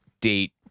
date